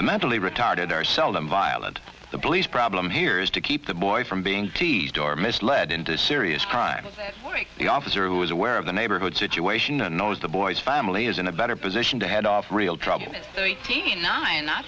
the mentally retarded are seldom violent the bullies problem here is to keep the boy from being teased or misled into serious crime like the officer who is aware of the neighborhood situation and knows the boy's family is in a better position to head off real trouble